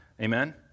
Amen